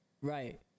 right